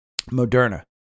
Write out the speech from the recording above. Moderna